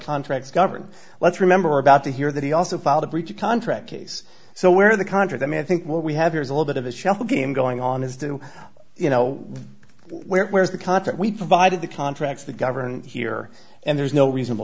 contracts govern let's remember about the here that he also filed a breach of contract case so where the contrary i mean i think what we have here is a little bit of a shell game going on is do you know where is the contract we provided the contracts that govern here and there's no reasonable